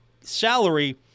salary